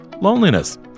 loneliness